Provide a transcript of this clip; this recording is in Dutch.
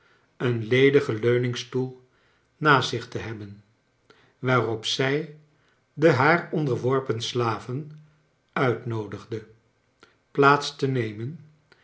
een ledigen leuningstoel naast zich te hebben waarop zij de haar onderworpen slaven uitnoodigde plaats te nemen